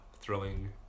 thrilling